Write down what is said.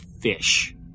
fish